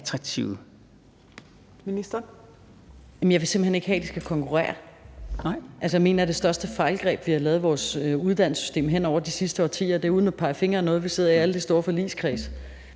Jeg vil simpelt hen ikke have, at de skal konkurrere. Jeg mener, at det største fejlgreb, vi har lavet i vores uddannelsesystem hen over de sidste årtier – og det er uden at pege fingre ad nogen, for vi sidder i alle de store forligskredse